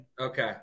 Okay